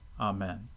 Amen